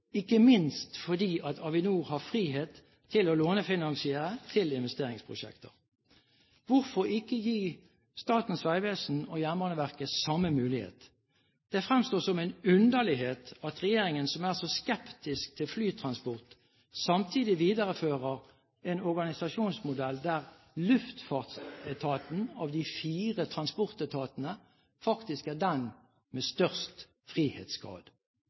ikke minst fordi Avinor har frihet til å lånefinansiere til investeringsprosjekter. Hvorfor ikke gi Statens vegvesen og Jernbaneverket samme mulighet? Det fremstår som en underlighet at regjeringen som er så skeptisk til flytransport, samtidig viderefører en organisasjonsmodell der luftfartsetaten av de fire transportetatene faktisk er den med størst frihetsgrad.